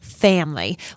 family